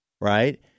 right